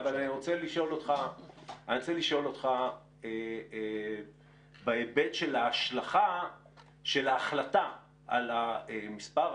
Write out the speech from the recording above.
אני רוצה לשאול אותך בהיבט של ההשלכה של ההחלטה על המספר,